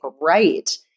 right